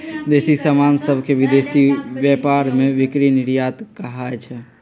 देसी समान सभके विदेशी व्यापार में बिक्री निर्यात कहाइ छै